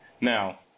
Now